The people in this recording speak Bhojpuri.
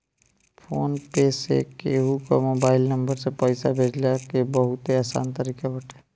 फ़ोन पे से केहू कअ मोबाइल नंबर से पईसा भेजला के बहुते आसान तरीका बाटे